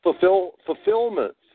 fulfillment